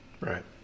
Right